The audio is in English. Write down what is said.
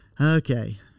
Okay